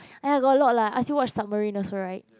I've got a lot lah ask you watch submarine also right